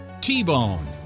T-Bone